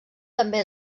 també